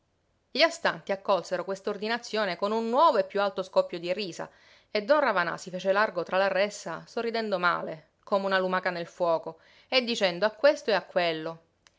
gli astanti accolsero quest'ordinazione con un nuovo e piú alto scoppio di risa e don ravanà si fece largo tra la ressa sorridendo male come una lumaca nel fuoco e dicendo a questo e a quello